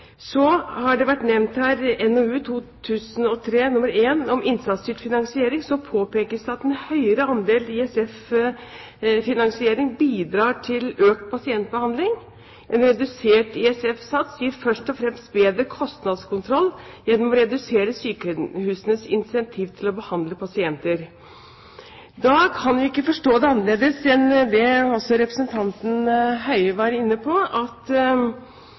Så har NOU 2003:1 om innsatsstyrt finansiering vært nevnt her. Det påpekes at en høyere andel ISF bidrar til økt pasientbehandling. En redusert ISF-sats gir først og fremst bedre kostnadskontroll gjennom å redusere sykehusenes incentiv til å behandle pasienter. Når det ikke er blitt svart på om det foreligger noen nyere faglige utredninger om effekten av innsatsstyrt finansiering, kan ikke vi forstå det annerledes enn, som også representanten Høie var